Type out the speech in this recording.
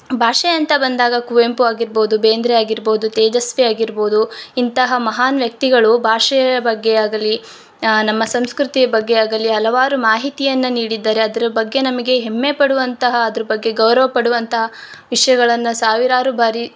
ಭಾಷೆ ಅಂತ ಬಂದಾಗ ಕುವೆಂಪು ಆಗಿರ್ಬೋದು ಬೇಂದ್ರೆ ಆಗಿರ್ಬೋದು ತೇಜಸ್ವಿ ಆಗಿರ್ಬೋದು ಇಂತಹ ಮಹಾನ್ ವ್ಯಕ್ತಿಗಳು ಭಾಷೆಯ ಬಗ್ಗೆ ಆಗಲಿ ನಮ್ಮ ಸಂಸ್ಕೃತಿಯ ಬಗ್ಗೆ ಆಗಲಿ ಹಲವಾರು ಮಾಹಿತಿಯನ್ನು ನೀಡಿದ್ದಾರೆ ಅದ್ರ ಬಗ್ಗೆ ನಮಗೆ ಹೆಮ್ಮೆ ಪಡುವಂತಹ ಅದ್ರ ಬಗ್ಗೆ ಗೌರವ ಪಡುವಂತಹ ವಿಷಯಗಳನ್ನು ಸಾವಿರಾರು ಬಾರಿ